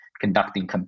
conducting